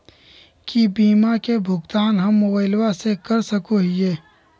की बीमा के भुगतान हम मोबाइल से कर सको हियै?